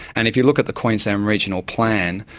and if you look at the queensland regional plan,